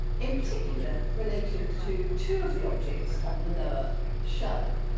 in particular related to two of the objects on the lower shelf,